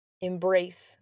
embrace